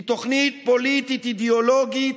היא תוכנית פוליטית אידיאולוגית,